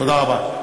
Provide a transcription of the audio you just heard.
תודה רבה.